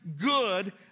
good